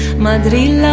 mundane